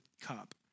cup